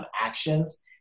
actions